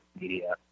media